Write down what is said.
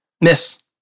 Miss